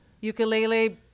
ukulele